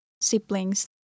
siblings